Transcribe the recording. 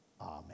amen